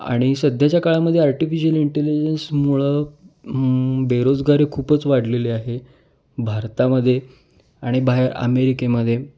आणि सध्याच्या काळामध्ये आर्टिफिशल इंटेलिजन्समुळं बेरोजगारी खूपच वाढलेली आहे भारतामध्ये आणि बाहेर अमेरिकेमध्ये